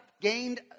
gained